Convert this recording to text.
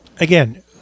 again